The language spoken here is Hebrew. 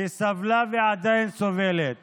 שסבלה ועדיין סובלת